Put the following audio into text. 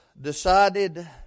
decided